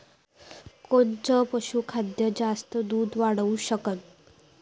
कोनचं पशुखाद्य जास्त दुध वाढवू शकन?